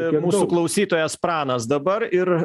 ir mūsų klausytojas pranas dabar ir